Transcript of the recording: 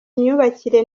myubakire